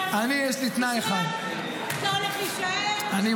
סוכות יישאר,